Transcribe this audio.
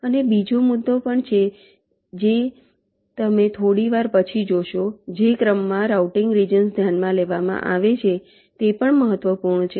અને બીજો મુદ્દો પણ છે જે તમે થોડી વાર પછી જોશો જે ક્રમમાં રાઉટીંગ રિજન્સ ધ્યાનમાં લેવામાં આવે છે તે પણ મહત્વપૂર્ણ છે